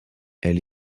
elle